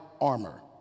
armor